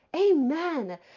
Amen